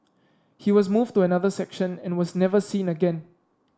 he was moved to another section and was never seen again